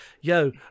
yo